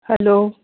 hello